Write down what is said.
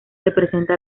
representa